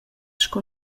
sco